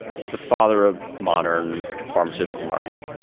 he's the father of modern pharmaceutical marketing